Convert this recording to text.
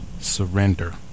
surrender